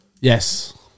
Yes